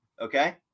okay